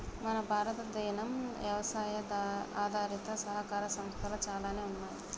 మన భారతదేనం యవసాయ ఆధారిత సహకార సంస్థలు చాలానే ఉన్నయ్యి